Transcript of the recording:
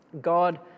God